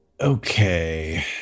Okay